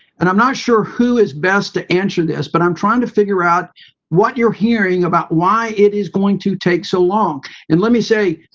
and i'm not sure who is best to answer this, but i'm trying to figure out what you're hearing about why it is going to take so long? and let me say,